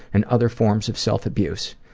and other forms of self abuse.